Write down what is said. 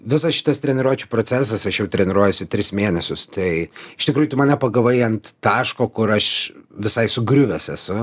visas šitas treniruočių procesas aš jau treniruojuosi tris mėnesius tai iš tikrųjų tu mane pagavai ant taško kur aš visai sugriuvęs esu